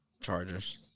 Chargers